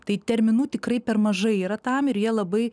tai terminų tikrai per mažai yra tam ir jie labai